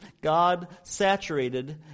God-saturated